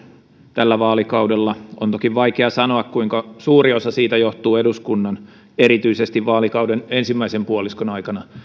tällä vaalikaudella on toki vaikea sanoa kuinka suuri osa siitä johtuu eduskunnan erityisesti vaalikauden ensimmäisen puoliskon aikana